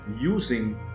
using